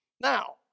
Now